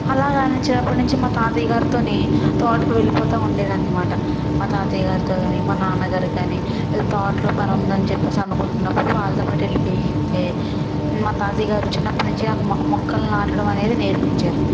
అలాగ చిన్నప్పటి నుంచి మా తాతయ్య గారితోని తోటకు వెళ్ళిపోతా ఉండేదాన్ని అనమాట మా తాతయ్య గారితో కానీ మా నాన్నగారి కానీ తోటలో పని ఉందని చెప్పేసి అనుకుంటున్నప్పుడు వాళ్ళతో పాటు వెళ్ళిపోతే మా తాతయ్య గారు చిన్నప్పటి నుంచి నాకు మొ మొక్కలు నాటడం అనేది నేర్పించారు